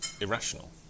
irrational